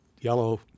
yellow